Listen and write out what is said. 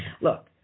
Look